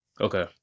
okay